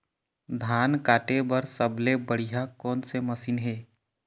धान काटे बर सबले बढ़िया कोन से मशीन हे?